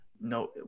no